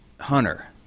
Hunter